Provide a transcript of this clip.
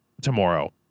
tomorrow